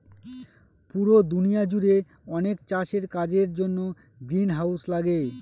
পুরো দুনিয়া জুড়ে অনেক চাষের কাজের জন্য গ্রিনহাউস লাগে